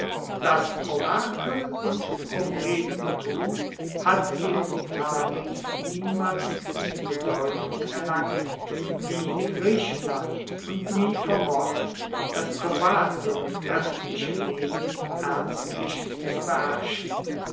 das orakel und prophetentum hat in italien niemals die bedeutung erlangt wie in griechenland und nie vermocht das private und oeffentliche leben ernstlich zu